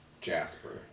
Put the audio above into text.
Jasper